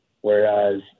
Whereas